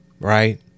right